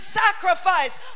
sacrifice